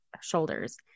shoulders